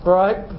right